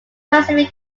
pacific